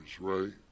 right